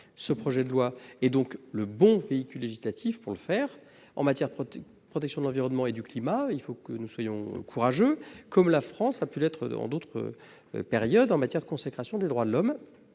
Ce projet de loi est donc le bon véhicule législatif pour le faire. En matière de protection de l'environnement et du climat, il faut que nous soyons courageux, comme la France a pu l'être en d'autres périodes en matière de consécration des droits de l'homme.